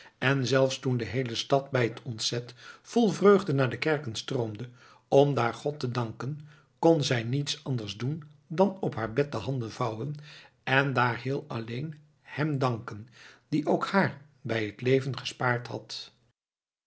en zelfs toen de heele stad bij het ontzet vol vreugde naar de kerken stroomde om daar god te danken kon zij niets anders doen dan op haar bed de handen vouwen en daar heel alleen hem danken die ook haar bij het leven gespaard had